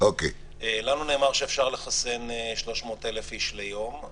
לנו נאמר שאפשר לחסן 300,000 איש ביום,